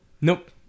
Nope